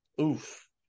Oof